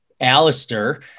Alistair